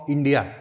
India